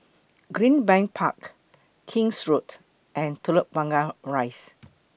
Greenbank Park King's Road and Telok Blangah Rise